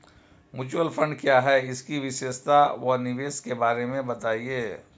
Mutual fund क्या है इसकी विशेषता व निवेश के बारे में बताइये?